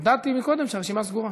הודעתי קודם שהרשימה סגורה.